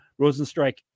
Rosenstrike